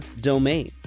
domain